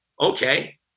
Okay